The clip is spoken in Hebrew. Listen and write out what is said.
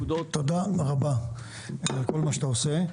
תודה רבה על כל מה שאתה עושה.